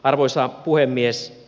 arvoisa puhemies